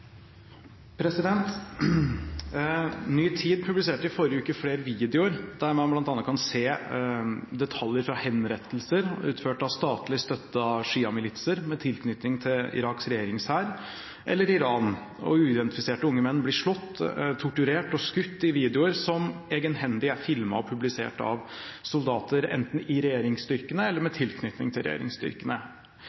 Ny Tid publiserte i forrige uke flere videoer der man bl.a. kan se detaljer fra henrettelser utført av statlig støttede sjiamilitser med tilknytning til Iraks regjeringshær eller Iran. Uidentifiserte unge menn blir slått, torturert og skutt i videoer som egenhendig er filmet og publisert av soldater enten i regjeringsstyrkene eller med tilknytning til regjeringsstyrkene.